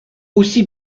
aussi